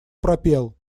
пропел